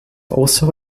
also